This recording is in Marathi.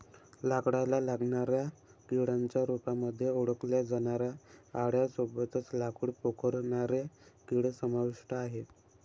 लाकडाला लागणाऱ्या किड्यांच्या रूपामध्ये ओळखल्या जाणाऱ्या आळ्यां सोबतच लाकूड पोखरणारे किडे समाविष्ट आहे